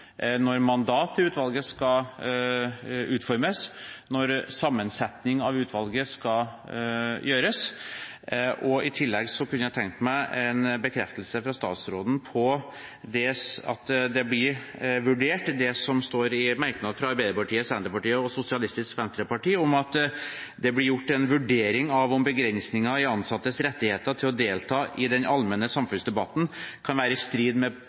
når mandatet til utvalget skal utformes, og når sammensetningen av utvalget skal gjøres. I tillegg kunne jeg tenkt meg en bekreftelse fra statsråden på at det som står i merknaden fra Arbeiderpartiet, Senterpartiet og Sosialistisk Venstreparti, blir vurdert, og på at det blir gjort en vurdering av om begrensninger i ansattes rettigheter til å delta i den allmenne samfunnsdebatten kan være i strid med